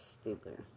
stupid